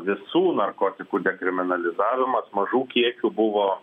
visų narkotikų dekriminalizavimas mažų kiekių buvo